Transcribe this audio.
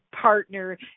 partner